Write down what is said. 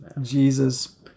jesus